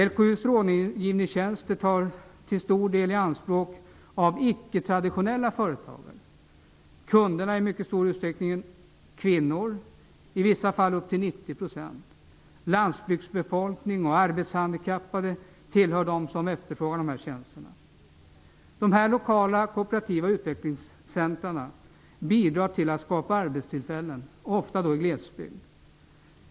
LKU:s rådgivningstjänster tas till stor del i anspråk av icke traditionella företagare. Kunderna är i mycket stor utsträckning kvinnor, i vissa fall upp till 90 %. Till dem som efterfrågar dessa tjänster hör landsbygdsbefolkning och arbetshandikappade. Lokala kooperativa utvecklingscentra bidrar till att skapa arbetstillfällen, ofta i glesbygd.